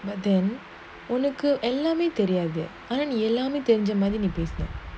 but then உனக்குஎல்லாமேதெரியாதுஆனாநீஎல்லாமேதெரிஞ்சமாதிரிநீபேசுன:unaku ellame theriathu aana ne ellame therinja madhiri nee pesuna